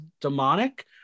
demonic